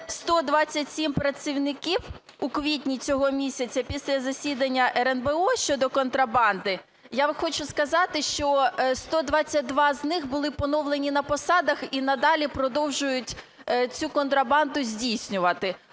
127 працівників у квітні цього місяця, після засідання РНБО щодо контрабанди, я вам хочу сказати, що 122 з них були поновлені на посадах і надалі продовжують цю контрабанду здійснювати.